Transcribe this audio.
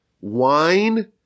Wine